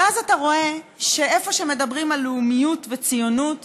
אז אתה רואה שאיפה שמדברים על לאומיות וציונות